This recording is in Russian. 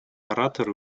ораторы